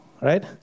right